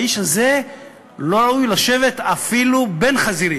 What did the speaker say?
האיש הזה לא ראוי לשבת אפילו בין חזירים.